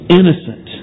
innocent